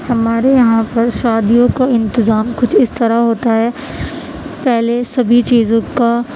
ہمارے یہاں پر شادیوں کا انتظام کچھ اس طرح ہوتا ہے پہلے سبھی چیزوں کا